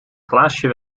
glaasje